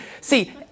see